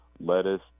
lettuce